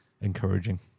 encouraging